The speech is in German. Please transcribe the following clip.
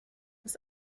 das